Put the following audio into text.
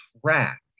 track